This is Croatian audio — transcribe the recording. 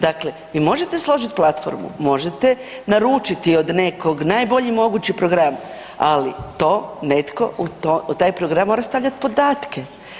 Dakle, vi možete složiti platformu, možete naručiti od nekoga najbolji mogući program, ali to netko u taj program mora stavljat podatke.